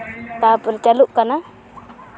ᱛᱟᱨᱯᱚᱨ ᱪᱟᱹᱞᱩᱜ ᱠᱟᱱᱟ